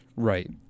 right